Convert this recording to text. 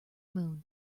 moon